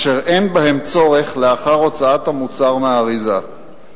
אשר אין בהם צורך לאחר הוצאת המוצר מהאריזה,